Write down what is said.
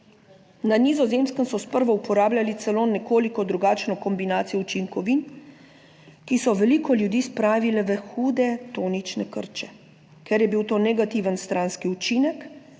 Na Nizozemskem so sprva uporabljali celo nekoliko drugačno kombinacijo učinkovin, ki so veliko ljudi spravile v hude tonične krče, ker je bil to negativen stranski učinek,